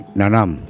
nanam